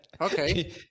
Okay